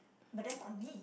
but that's not me